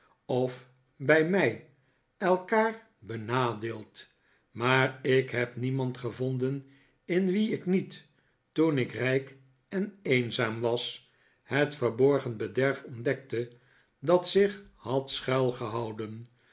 of bij mij elkaar benadeeld maar ik heb niemand gevonden in wien ik niet toen ik rijk en eenzaam was het verborgen bederf ontdekte dat zich had schuil gehouden